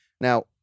Now